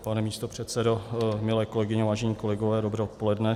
Pane místopředsedo, milé kolegyně a vážení kolegové, dobré odpoledne.